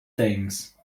things